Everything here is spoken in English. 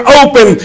open